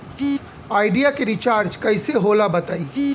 Idea के recharge कइसे होला बताई?